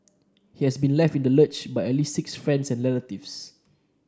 he has been left in the lurch by at least six friends and relatives